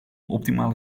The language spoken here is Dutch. optimale